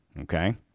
okay